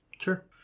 Sure